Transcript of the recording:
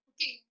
Okay